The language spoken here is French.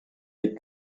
les